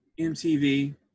MTV